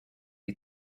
you